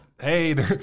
hey